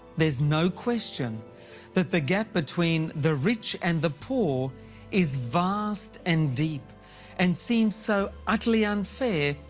there's no question that the gap between the rich and the poor is vast and deep and seems so utterly unfair,